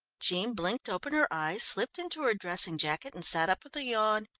jean blinked open her eyes, slipped into her dressing jacket and sat up with a yawn.